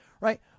Right